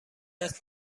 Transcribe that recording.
است